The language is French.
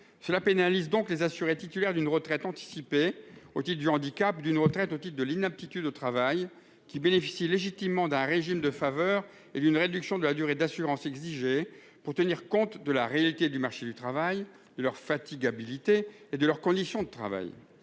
pénalise les assurés titulaires d'une retraite anticipée au titre du handicap ou d'une retraite au titre de l'inaptitude au travail, qui bénéficient légitimement d'un régime de faveur et d'une réduction de la durée d'assurance exigée afin de tenir compte de la réalité du marché du travail, de leur fatigabilité et de leurs conditions de travail.